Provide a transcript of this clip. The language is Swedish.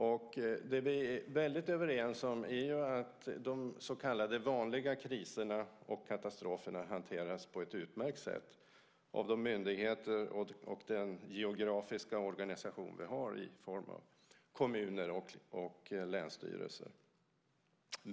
Det som vi är väldigt överens om är att de så kallade vanliga kriserna och katastroferna hanteras på ett utmärkt sätt av de myndigheter och den geografiska organisation som vi har i form av kommuner och länsstyrelser.